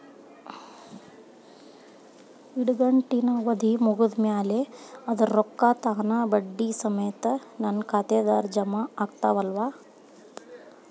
ಇಡಗಂಟಿನ್ ಅವಧಿ ಮುಗದ್ ಮ್ಯಾಲೆ ಅದರ ರೊಕ್ಕಾ ತಾನ ಬಡ್ಡಿ ಸಮೇತ ನನ್ನ ಖಾತೆದಾಗ್ ಜಮಾ ಆಗ್ತಾವ್ ಅಲಾ?